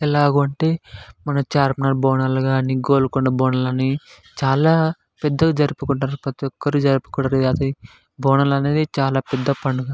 ఎలాగు అంటే మన చార్మినార్ బోనాలు కాని గోల్కొండ బోనాలని చాలా పెద్దగా జరుపుకుంటారు ప్రతి ఒక్కరూ జరుపుకుంటారు అది బోనాలు అనేది చాలా పెద్ద పండుగ